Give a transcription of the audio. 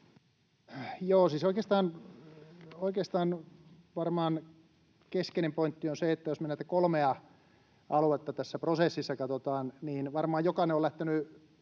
oikeastaan varmaan keskeinen pointti on se, että jos me näitä kolmea aluetta tässä prosessissa katsotaan ja me keskustellaan tästä